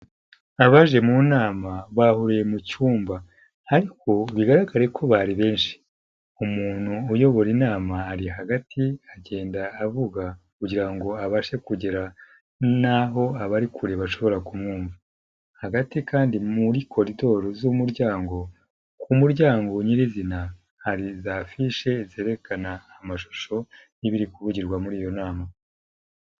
Abaje mu nama bahuriye mu cyumba ariko bigaragare ko bari benshi. Umuntu uyobora inama ari hagati agenda avuga kugira ngo abashe kugera n'aho abari kure bashobora kumwumva. Hagati kandi muri korodoro z'umuryango ku muryango nyirizina, hari za fiche zerekana amashusho y'ibiri kuvugirwa muri iyo nama.